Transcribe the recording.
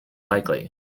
likely